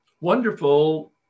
Wonderful